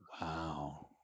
wow